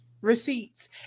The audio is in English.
Receipts